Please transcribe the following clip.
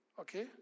Okay